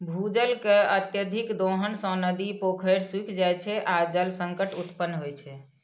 भूजल के अत्यधिक दोहन सं नदी, पोखरि सूखि जाइ छै आ जल संकट उत्पन्न होइ छै